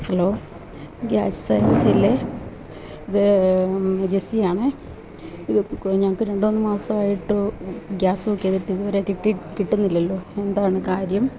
hello gas agency അല്ലേ ഇത് ജെസ്സിയാണ് ഇത് ഞങ്ങൾക്ക് രണ്ട് മൂന്ന് മാസമായിട്ട് ഗ്യാസ് ബുക്ക് ചെയ്തിട്ട് ഇതു വരെ കിട്ടുന്നില്ലല്ലോ എന്താണ് കാര്യം